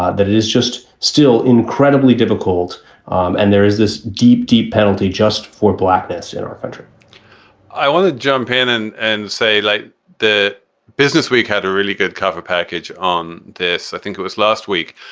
ah that it is just still incredibly difficult um and there is this deep, deep penalty just for blackness in our country i want to jump in and and say like the business week had a really good cover package on this, i think it was last week.